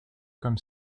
comme